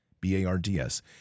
B-A-R-D-S